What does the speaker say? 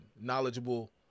knowledgeable